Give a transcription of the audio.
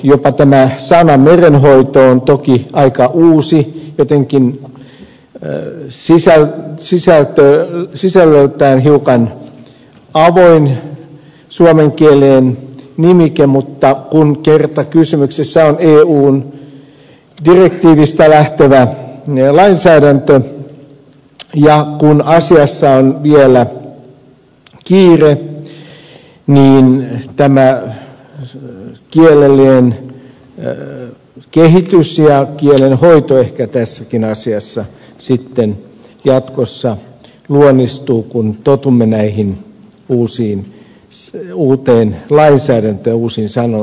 jopa tämä sana merenhoito on toki aika uusi jotenkin sisällöltään hiukan avoin suomenkielinen nimike mutta kun kerran kysymyksessä on eun direktiivistä lähtevä lainsäädäntö ja kun asiassa on vielä kiire niin tämä kielellinen kehitys ja kielenhoito ehkä tässäkin asiassa sitten jatkossa luonnistuu kun totumme tähän uuteen lainsäädäntöön uusiin sanontoihin